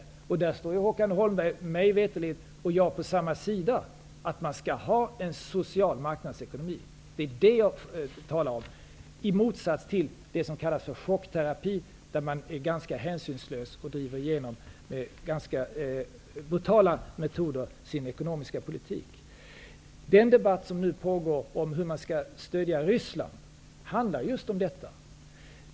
Mig veterligt står Håkan Holmberg och jag på samma sida i fråga om att man skall ha en social marknadsekonomi, i motsats till det som kallas chockterapi, som innebär att man är ganska hänsynslös och använder ganska brutala metoder i den ekonomiska politiken. Den debatt som nu pågår om hur man skall stödja Ryssland handlar just om detta.